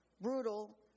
brutal